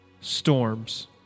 storms